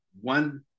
one